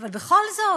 אבל בכל זאת,